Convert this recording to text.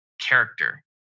character